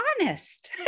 honest